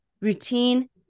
Routine